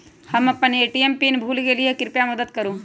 हम अपन ATM pin भूल गेली ह, कृपया मदत करू